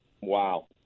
Wow